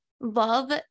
love